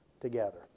together